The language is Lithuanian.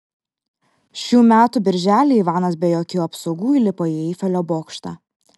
šių metų birželį ivanas be jokių apsaugų įlipo į eifelio bokštą